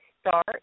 start